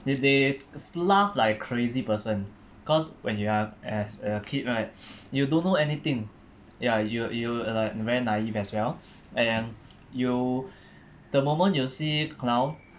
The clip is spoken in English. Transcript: if they s~ laugh like crazy person cause when you are as a kid right you don't know anything ya you you're like very naive as well and you the moment you see clown